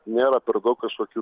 nėra per daug kažkokių